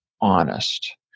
honest